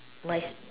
mice